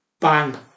bang